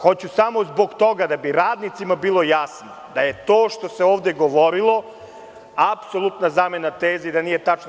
Hoću samo zbog toga, da bi radnicima bilo jasno da je to što se ovde govorilo apsolutna zamena teza i da nije tačna.